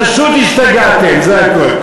פשוט השתגעתם, זה הכול.